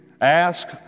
Ask